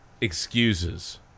excuses